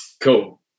Cool